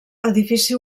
edifici